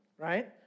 Right